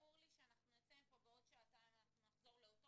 ברור לי שגם אם נצא מפה עוד שעתיים זה יהיה אותו דבר.